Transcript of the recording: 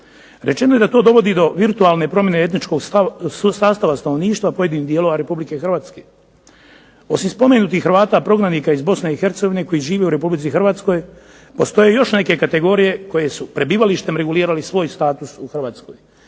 Rečeno je da to dovodi do virtualne promjene etničkog sastava stanovništva pojedinih dijelova Republike Hrvatske. Osim spomenutih Hrvata prognanika iz Bosne i Hercegovine koji žive u Republici Hrvatskoj postoje još neke kategorije koje su prebivalištem regulirale svoj status u Hrvatskoj.